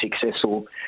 successful